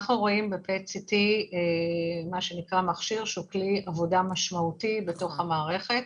אנחנו רואים ב-PET CT מכשיר שהוא כלי עבודה משמעותי בתוך המערכת.